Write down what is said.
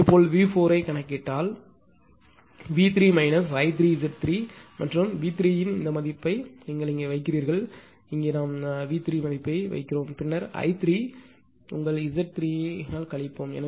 இதேபோல் V4 ஐ நீங்கள் கணக்கிட்டால் V3 I3Z3 சரியானது மற்றும் V3 இன் இந்த மதிப்பை நீங்கள் இங்கே வைக்கிறீர்கள் இங்கே நாம் இந்த V3 மதிப்பை இங்கே வைக்கிறோம் பின்னர் I3 ஐ உங்கள் Z3 இல் கழிப்போம்